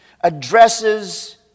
addresses